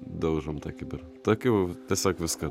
daužom tą kibirą tokių tiesiog viską